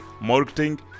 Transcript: marketing